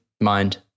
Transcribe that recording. mind